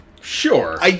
Sure